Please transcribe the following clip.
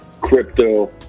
crypto